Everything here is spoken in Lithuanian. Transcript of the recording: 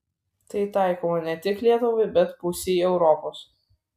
tai taikoma ne tik lietuvai bet pusei europos